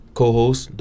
co-host